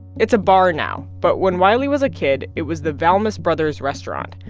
it's a bar now. but when wiley was a kid, it was the valmas brothers restaurant.